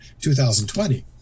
2020